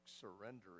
surrendering